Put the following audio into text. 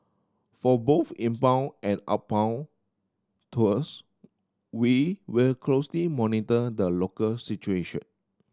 for both inbound and outbound tours we will closely monitor the local situation